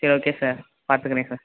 சரி okay sir பார்த்துக்குறேன் sir